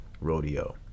Rodeo